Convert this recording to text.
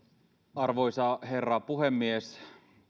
arvoisa herra puhemies